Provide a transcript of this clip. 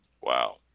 Wow